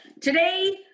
today